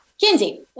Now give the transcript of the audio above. Kinsey